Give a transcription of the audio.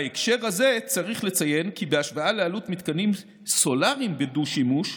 בהקשר הזה צריך לציין כי בהשוואה לעלות מתקנים סולריים בדו-שימוש,